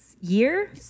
Year